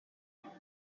menor